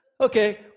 Okay